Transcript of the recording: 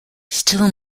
still